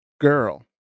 Girl